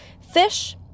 Fish